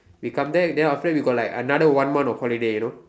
we come back then after that we got like another one month of holiday you know